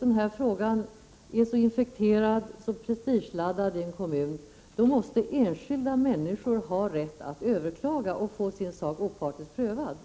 Den här frågan är så infekterad och så prestigeladdad i kommunen. Då måste enskilda människor ha rätt att överklaga och få sin sak opartiskt prövad.